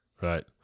Right